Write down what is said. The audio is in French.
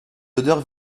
odeur